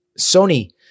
Sony